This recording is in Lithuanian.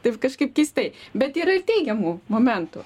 taip kažkaip keistai bet yra ir teigiamų momentų